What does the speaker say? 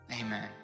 amen